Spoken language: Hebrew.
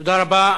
תודה רבה.